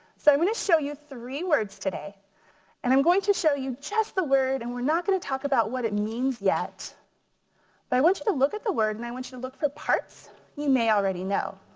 so i'm gonna show you three words today and i'm going to show you just the word and we're not gonna talk about what it means yet. but i want you to look at the word and i want you to look for parts you may already know.